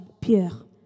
Pierre